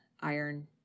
iron